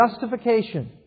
justification